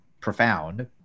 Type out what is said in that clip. profound